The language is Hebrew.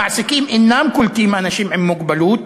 המעסיקים אינם קולטים אנשים עם מוגבלות